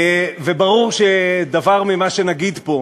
וברור שדבר ממה שנגיד פה,